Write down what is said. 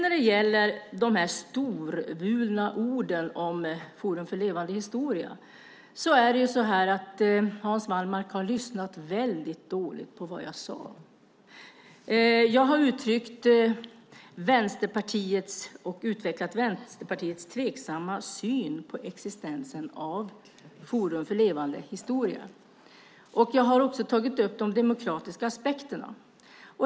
När det gäller de storvulna orden om Forum för levande historia har Hans Wallmark lyssnat dåligt på det jag sade. Jag har uttryckt och utvecklat Vänsterpartiets tveksamma syn på existensen av Forum för levande historia. Jag har också tagit upp de demokratiska aspekterna.